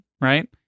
right